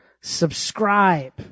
subscribe